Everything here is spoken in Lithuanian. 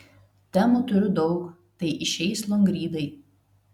temų turiu daug tai išeis longrydai